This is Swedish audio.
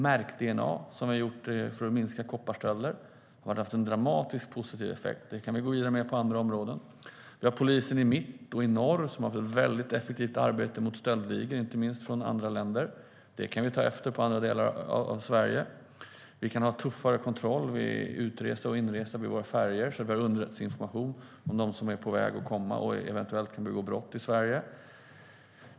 Märk-DNA som har gjorts för att minska kopparstölder har haft en dramatiskt positiv effekt. Polisregionerna Mitt och Norr har gjort ett väldigt effektivt arbete mot stöldligor, inte minst från andra länder. Det kan man ta efter i andra delar av Sverige. Vi kan ha en tuffare kontroll vid utresa och inresa vid våra färjor och använda underrättelseinformation om vem som är på väg att komma till och eventuellt begå brott i Sverige.